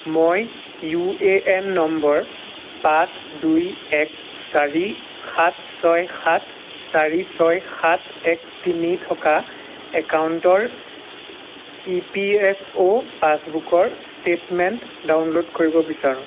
মই U A N নম্বৰ পাঁচ দুই এক চাৰি সাত ছয় সাত চাৰি ছয় সাত এক তিনি থকা একাউণ্টৰ ই পি এফ অ' পাছবুকৰ ষ্টেটমেণ্ট ডাউনলোড কৰিব বিচাৰোঁ